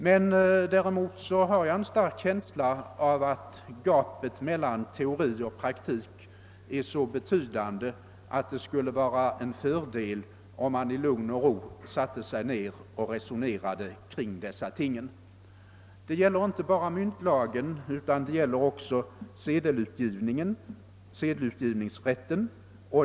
Men däremot har jag en stark känsla av att gapet mellan teori och praktik är så stort att det skulle vara en fördel om vi i lugn och ro satte oss ner och resonerade om dessa ting. Det gäller inte bara myntlagen, utan det gäller också sedelutgivningsrätten.